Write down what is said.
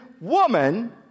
woman